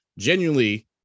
genuinely